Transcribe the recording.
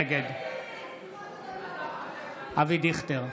נגד אבי דיכטר,